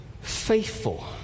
Faithful